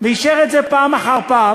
ואישר את זה פעם אחר פעם